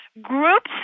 groups